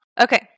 Okay